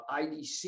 IDC